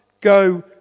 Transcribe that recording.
go